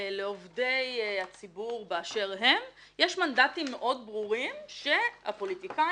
לעובדי הציבור באשר הם יש מנדטים מאוד ברורים שהפוליטיקאים,